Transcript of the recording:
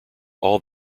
all